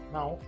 Now